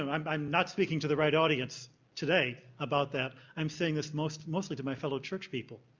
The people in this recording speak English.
um i'm i'm not speaking to the right audience today about that. i'm saying this mostly mostly to my fellow church people,